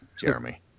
Jeremy